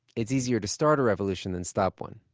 it's easier to start a revolution than stop one.